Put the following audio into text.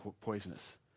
poisonous